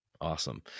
Awesome